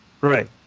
Right